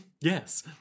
Yes